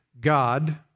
God